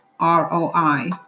ROI